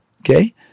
okay